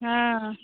हँ